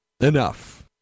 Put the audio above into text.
Enough